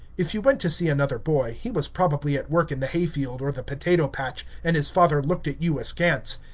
if you went to see another boy, he was probably at work in the hay-field or the potato-patch, and his father looked at you askance.